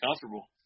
comfortable